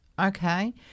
Okay